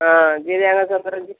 ହଁ